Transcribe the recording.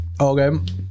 Okay